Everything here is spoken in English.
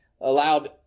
allowed